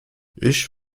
ich